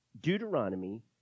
Deuteronomy